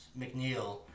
McNeil